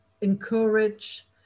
encourage